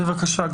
בבקשה.